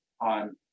on